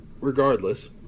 Regardless